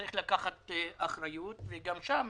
צריך לקחת אחריות וגם שם